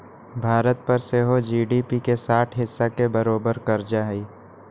भारत पर सेहो जी.डी.पी के साठ हिस् के बरोबर कर्जा हइ